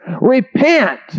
Repent